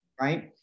right